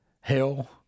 hell